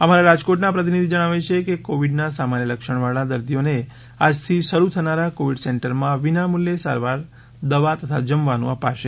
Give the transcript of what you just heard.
અમારા રાજકોટના પ્રતિનિધી જણાવે છે કે કોવીડના સામાન્ય લક્ષણવાળા દર્દીઓને આજથી શરૂ થનારા કોવીડ સેન્ટરમાં વિના મૂલ્યો સારવાર દવા તથા જમવાનું અપાશે